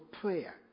prayer